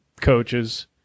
coaches